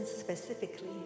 Specifically